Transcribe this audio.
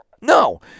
No